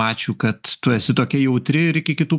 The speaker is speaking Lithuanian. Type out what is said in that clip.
ačiū kad esi tokia jautri ir iki kitų